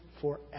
forever